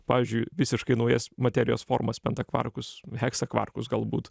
pavyzdžiui visiškai naujas materijos formas penta kvarkus heksa kvarkus galbūt